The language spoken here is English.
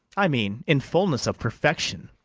i mean, in fullness of perfection.